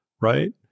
Right